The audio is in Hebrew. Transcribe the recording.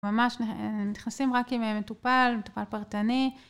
ממש נכנסים רק עם המטופל, מטופל פרטני.